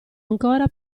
ancora